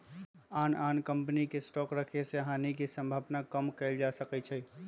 आन आन कम्पनी के स्टॉक रखे से हानि के सम्भावना कम कएल जा सकै छइ